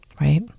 right